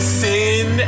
sin